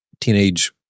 teenage